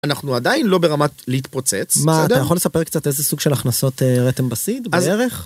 אנחנו עדיין לא ברמת להתפוצץ, בסדר? מה אתה יכול לספר קצת איזה סוג של הכנסות הראתם בסיד בערך.